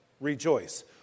rejoice